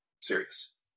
Serious